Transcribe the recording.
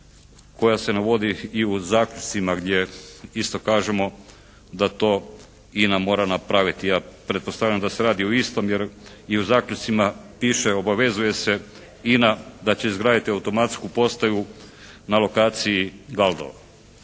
koja se navodi i u zaključcima gdje isto kažemo da to INA mora napraviti? Ja pretpostavljam da se radi o istom jer i u zaključcima piše obavezuje se INA da će izgraditi automatsku postaju na lokaciji Galdovo.